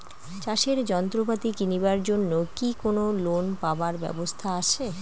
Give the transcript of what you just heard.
চাষের যন্ত্রপাতি কিনিবার জন্য কি কোনো লোন পাবার ব্যবস্থা আসে?